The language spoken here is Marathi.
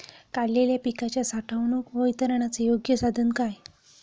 काढलेल्या पिकाच्या साठवणूक व वितरणाचे योग्य साधन काय?